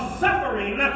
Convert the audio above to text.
suffering